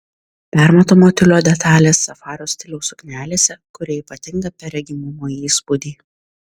permatomo tiulio detalės safario stiliaus suknelėse kuria ypatingą perregimumo įspūdį